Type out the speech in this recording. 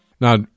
Now